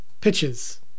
pitches